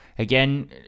Again